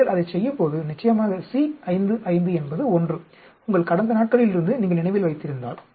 எனவே நீங்கள் அதைச் செய்யும்போது நிச்சயமாக C 5 5 என்பது 1 உங்கள் கடந்த நாட்களிலிருந்து நீங்கள் நினைவில் வைத்திருந்தால்